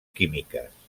químiques